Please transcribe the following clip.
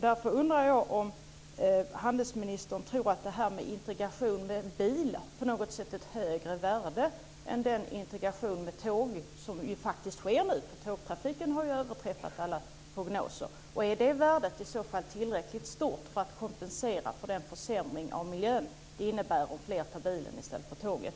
Jag undrar därför om handelsministern tror att integration med hjälp av bilar på något sätt har ett högre värde än den integration via tåg som nu faktiskt sker. Tågtrafiken har ju överträffat alla prognoser. Är detta högre värde tillräckligt stort för att kompensera för den miljöförsämring som inträffar om fler tar bilen i stället för tåget?